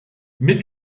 mit